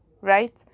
right